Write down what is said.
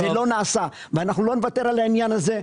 זה לא נעשה, ואנחנו לא נוותר על העניין הזה.